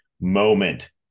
moment